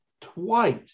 twice